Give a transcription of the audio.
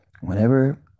whenever